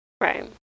Right